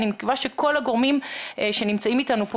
אני מקווה שכל הגורמים שנמצאים איתנו פה